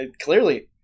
Clearly